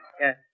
Yes